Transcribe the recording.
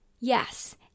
Yes